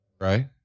right